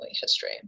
history